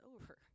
over